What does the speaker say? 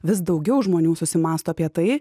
vis daugiau žmonių susimąsto apie tai